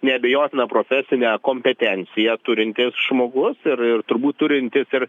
neabejotiną profesinę kompetenciją turintis žmogus ir ir turbūt turintis ir